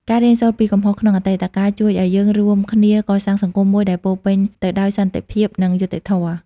ការរៀនសូត្រពីកំហុសក្នុងអតីតកាលជួយឲ្យយើងរួមគ្នាកសាងសង្គមមួយដែលពោរពេញទៅដោយសន្តិភាព និងយុត្តិធម៌។